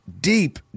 deep